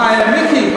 מיקי,